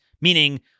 meaning